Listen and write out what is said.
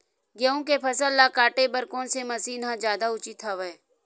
गेहूं के फसल ल काटे बर कोन से मशीन ह जादा उचित हवय?